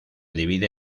divide